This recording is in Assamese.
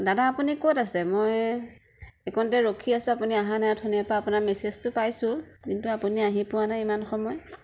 দাদা আপুনি ক'ত আছে মই এইকণতে ৰখি আছো আপুনি অহা নাই অথনিৰেপৰা আপোনাৰ মেচেজটো পাইছো কিন্তু আপুনি আহি পোৱা নাই ইমান সময়